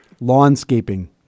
Lawnscaping